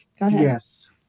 Yes